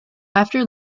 after